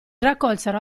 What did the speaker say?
raccolsero